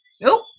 Nope